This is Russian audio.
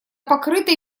покрытой